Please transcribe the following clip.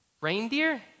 reindeer